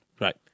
Right